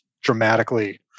dramatically